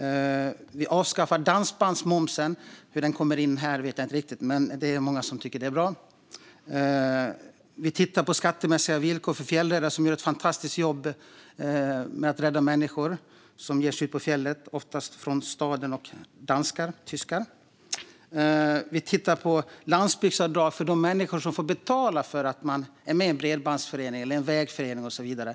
Vi avskaffar dansbandsmomsen. Hur den kommer in här vet jag inte riktigt. Men det är många som tycker att det är bra. Vi tittar på skattemässiga villkor för fjällräddare som gör ett fantastiskt jobb med att rädda människor som ger sig ut på fjället. Det är oftast människor från staden och även danskar och tyskar. Vi tittar på landsbygdsavdrag för de människor som får betala för att de är med i en bredbandsförening, i en vägförening och så vidare.